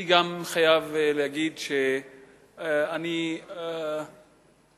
אני גם חייב להגיד שאני מייד